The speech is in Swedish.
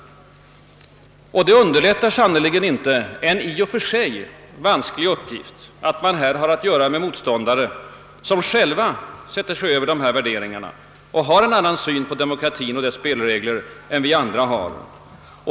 Och det underlättar sannerligen inte lösandet av en i och för sig vansklig uppgift att man härvidlag har att göra med motståndare som själva sätter sig över dessa värderingar och har en annan syn på demokratien och dess spelregler än vi Övriga.